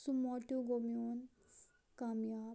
سُہ موٹِو گوٚو میون کامیاب